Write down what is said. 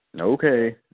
okay